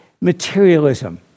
materialism